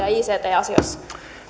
ja ict asioissa